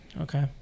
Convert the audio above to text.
Okay